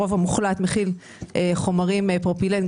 ברוב המוחלט מכיל חומרים פרופילן,